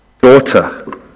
Daughter